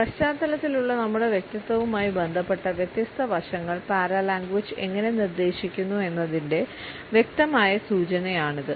പശ്ചാത്തലത്തിലുള്ള നമ്മുടെ വ്യക്തിത്വവുമായി ബന്ധപ്പെട്ട വ്യത്യസ്ത വശങ്ങൾ പാരലാംഗ്വേജ് എങ്ങനെ നിർദ്ദേശിക്കുന്നു എന്നതിന്റെ വ്യക്തമായ സൂചനയാണിത്